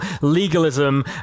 legalism